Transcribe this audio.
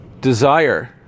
desire